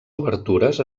obertures